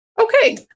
Okay